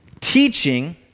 teaching